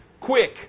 quick